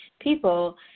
people